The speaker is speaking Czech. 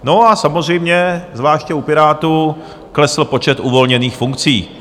No a samozřejmě zvláště u Pirátů klesl počet uvolněných funkcí.